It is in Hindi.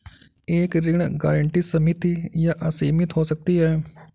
एक ऋण गारंटी सीमित या असीमित हो सकती है